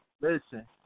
listen